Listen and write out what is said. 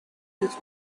this